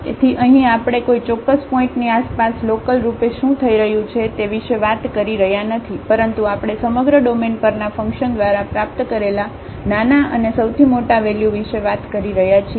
તેથી અહીં આપણે કોઈ ચોક્કસ પોઇન્ટની આસપાસ લોકલરૂપે શું થઈ રહ્યું છે તે વિશે વાત કરી રહ્યા નથી પરંતુ આપણે સમગ્ર ડોમેન પરના ફંકશન દ્વારા પ્રાપ્ત કરેલા નાના અને સૌથી મોટા વેલ્યુ વિશે વાત કરી રહ્યા છીએ